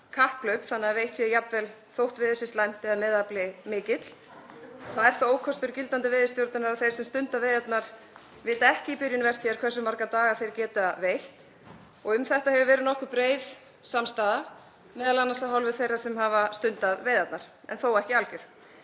kapphlaup þannig að jafnvel sé veitt þótt veður sé slæmt eða meðafli mikill. Það er ókostur gildandi veiðistjórnar að þeir sem stunda veiðarnar vita ekki í byrjun vertíðar hversu marga daga þeir geta veitt. Um þetta hefur verið nokkuð breið samstaða, m.a. af hálfu þeirra sem hafa stundað veiðarnar, en þó ekki alger.